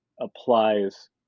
applies